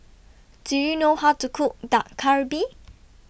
Do YOU know How to Cook Dak Galbi